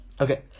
Okay